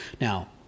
Now